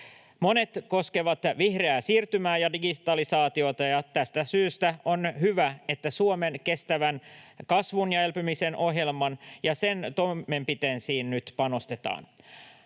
Monet koskevat vihreää siirtymää ja digitalisaatiota, ja tästä syystä on hyvä, että Suomen kestävän kasvun ja elpymisen ohjelmaan ja sen toimenpiteisiin nyt panostetaan.